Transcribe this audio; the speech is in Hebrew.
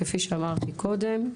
כפי שאמרתי קודם,